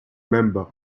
member